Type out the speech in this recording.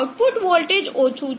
output voltage ઓછું છે